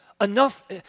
Enough